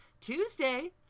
tuesday